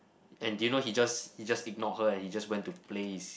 and did you know he just he just ignore her and he just went to play his